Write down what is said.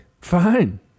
Fine